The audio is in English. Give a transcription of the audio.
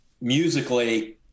musically